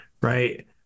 right